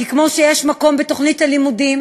כי כמו שיש מקום בתוכניות הלימודים